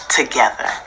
together